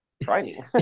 Training